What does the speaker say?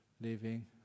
leaving